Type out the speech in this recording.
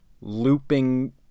looping